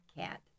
cat